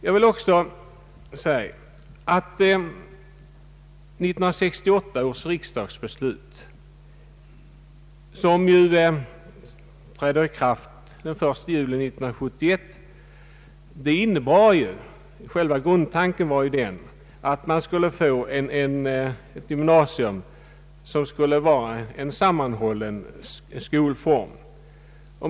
Själva grundtanken i 1968 års riksdagsbeslut, som ju träder i kraft den 1 juli 1971, var att man skulle få ett gymnasium som skulle innebära en sammanhållen skolform.